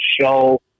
show